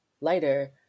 lighter